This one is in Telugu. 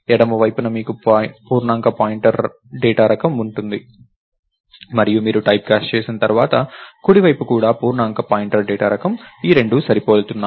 ఎడమ వైపున మీకు పూర్ణాంక పాయింటర్ డేటా రకం ఉంటుంది మరియు మీరు టైప్కాస్ట్ చేసిన తర్వాత కుడి వైపు కూడా పూర్ణాంక పాయింటర్ డేటా రకం ఈ రెండూ సరిపోలుతున్నాయి